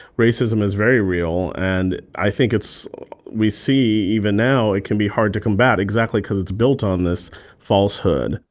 racism is very real. and i think it's we see even now it can be hard to combat exactly because it's built on this falsehood.